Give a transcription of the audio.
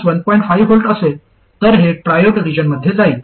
5V असेल तर हे ट्रॉओड रिजनमध्ये जाईल